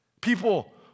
People